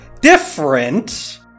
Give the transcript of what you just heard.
different